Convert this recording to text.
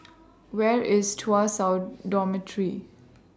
Where IS Tuas South Dormitory